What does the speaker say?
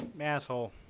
Asshole